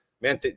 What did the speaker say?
Man